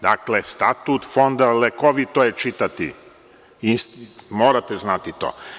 Dakle, Statut Fonda lekovito je čitati i morate znati to.